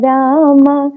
Rama